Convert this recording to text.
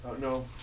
No